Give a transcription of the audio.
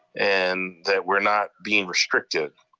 and that we're not being restricted.